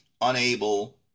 unable